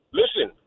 listen